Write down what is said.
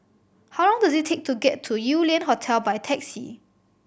how long does it take to get to Yew Lian Hotel by taxi